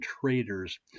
traders